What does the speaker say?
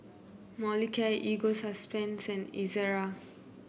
Molicare Ego Sunsense Ezerra